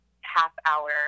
half-hour